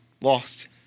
lost